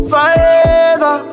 Forever